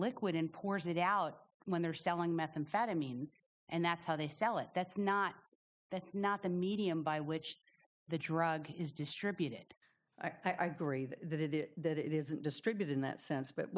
liquid in pours it out when they're selling methamphetamine and that's how they sell it that's not that's not the medium by which the drug is distributed i gree the it isn't distributed in that sense but